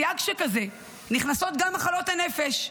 בסייג שכזה נכנסות גם מחלות הנפש.